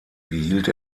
behielt